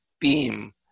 BEAM